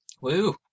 Woo